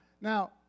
Now